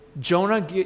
Jonah